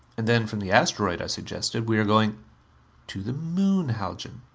and then, from the asteroid, i suggested, we are going to the moon, haljan.